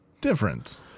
different